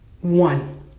one